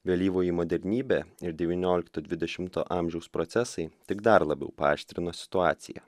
vėlyvoji modernybė ir devyniolikto dvidešimto amžiaus procesai tik dar labiau paaštrino situaciją